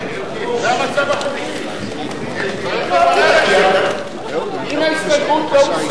זה המצב החוקי אם ההסתייגות לא הוסרה,